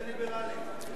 בזמן שנותר לי,